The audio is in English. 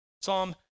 Psalm